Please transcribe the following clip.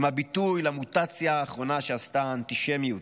הם הביטוי למוטציה האחרונה שעשתה האנטישמיות.